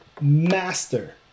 master